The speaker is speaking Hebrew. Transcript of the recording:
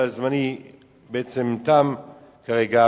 וזמני בעצם תם כרגע,